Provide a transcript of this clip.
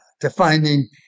Defining